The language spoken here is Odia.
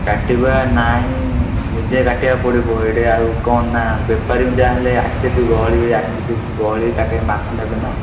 କାଟିବା ନାଇଁ ନିଜେ କାଟିବାକୁ ପଡ଼ିବ ଏଠି ଆଉ କ'ଣ ନା ବେପାରିଙ୍କୁ ଯା ହେଲେ ଆସିଥିବେ ଗହଳି ହୁଏ ଆସିଥିବେ ଗହଳି ତାଙ୍କେ ମାଛ ନେବେନା